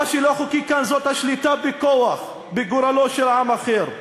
מה שלא חוקי כאן זה השליטה בכוח בגורלו של עם אחר.